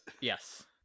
Yes